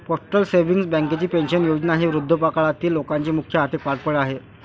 postal savings बँकेची pension योजना ही वृद्धापकाळातील लोकांचे मुख्य आर्थिक पाठबळ आहे